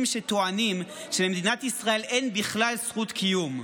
שטוענים שלמדינת ישראל אין בכלל זכות קיום.